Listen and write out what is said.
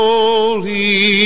Holy